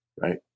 right